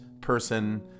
person